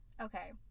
Okay